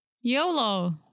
YOLO